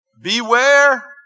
Beware